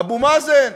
אבו מאזן,